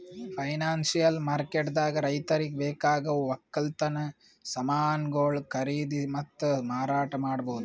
financial ಮಾರ್ಕೆಟ್ದಾಗ್ ರೈತರಿಗ್ ಬೇಕಾಗವ್ ವಕ್ಕಲತನ್ ಸಮಾನ್ಗೊಳು ಖರೀದಿ ಮತ್ತ್ ಮಾರಾಟ್ ಮಾಡ್ಬಹುದ್